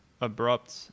abrupt